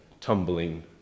tumbling